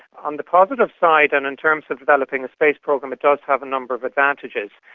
on the positive side and in terms of developing a space program it does have a number of advantages.